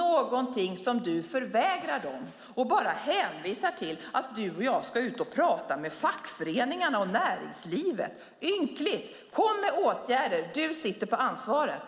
Men du förvägrar dem det, Hillevi Engström, och hänvisar till att du och jag ska ut och prata med fackföreningar och näringsliv. Det är ynkligt. Kom med åtgärder! Du sitter på ansvaret.